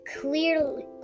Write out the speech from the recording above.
clearly